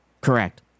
Correct